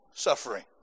Suffering